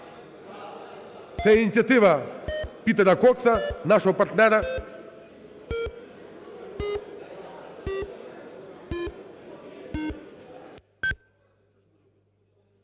Це ініціатива Пітера Кокса, нашого партнера.